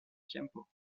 tiempo